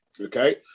Okay